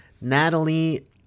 natalie